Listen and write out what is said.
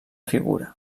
figura